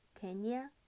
Kenya